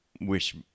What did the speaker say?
wish